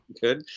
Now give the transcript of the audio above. Good